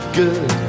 good